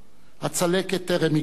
הצלקת טרם הגלידה.